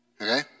Okay